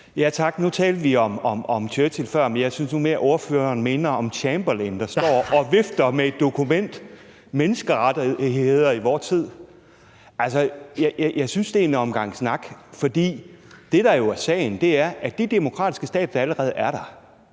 Nu talte vi om Churchill før, men jeg synes nu mere, at ordføreren minder om Chamberlain, der står og vifter med et dokument, med titlen Menneskerettigheder i vor tid. Altså, jeg synes, det er en omgang snak, for det, der jo er sagen, er, at de demokratiske stater, der allerede er der,